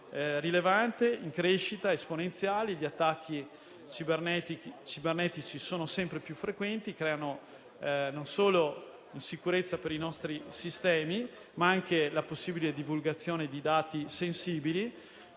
rilevante in crescita esponenziale. Gli attacchi cibernetici sono sempre più frequenti e creano non solo insicurezza per i nostri sistemi, ma anche la possibile divulgazione di dati sensibili.